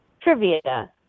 Trivia